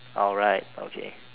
alright okay